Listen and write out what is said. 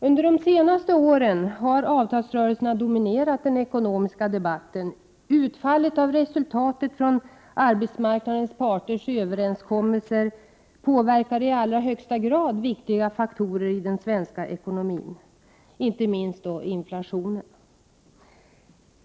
Under de senaste åren har avtalsrörelserna dominerat den ekonomiska debatten. Resultatet av arbetsmarknadens parters överenskommelser påverkar i allra högsta grad viktiga faktorer i den svenska ekonomin, inte minst inflationen.